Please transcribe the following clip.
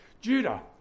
Judah